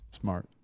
Smart